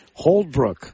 Holdbrook